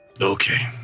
Okay